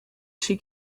she